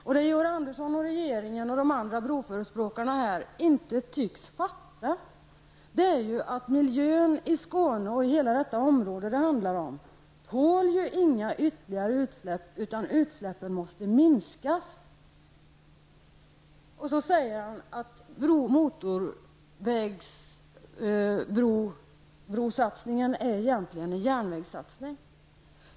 Georg Andersson, regeringen och andra broförespråkare tycks inte fatta att miljön i Skåne och hela detta område inte tål ytterligare utsläpp. Utsläppen måste minskas. Sedan säger Georg Andersson att motorvägsbrosatsningen egentligen är en järnvägssatsning.